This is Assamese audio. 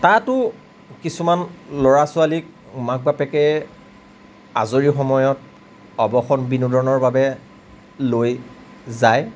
তাতো কিছুমান ল'ৰা ছোৱালীক মাক বাপেকে আজৰি সময়ত অৱসৰ বিনোদনৰ বাবে লৈ যায়